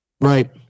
Right